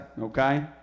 okay